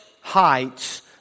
heights